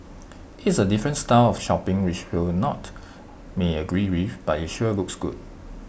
is A different style of shopping which we'll not may agree with but IT sure looks good